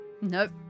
Nope